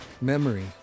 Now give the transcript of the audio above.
Memory